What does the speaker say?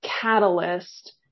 catalyst